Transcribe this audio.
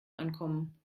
ankommen